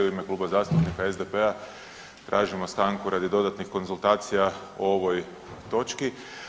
U ime Kluba zastupnika SDP-a tražimo stanku radi dodatnih konzultacija o ovoj točki.